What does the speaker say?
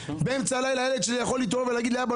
באמצע הלילה הילד שלי יכול להתעורר ולהגיד לי 'אבא,